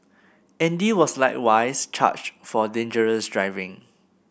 Andy was likewise charged for dangerous driving